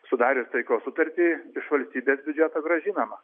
sudarius taikos sutartį iš valstybės biudžeto grąžinama